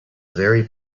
very